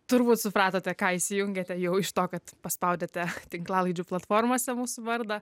turbūt supratote ką įsijungiate jau iš to kad paspaudėte tinklalaidžių platformose mūsų vardą